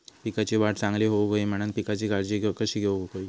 पिकाची वाढ चांगली होऊक होई म्हणान पिकाची काळजी कशी घेऊक होई?